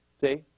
See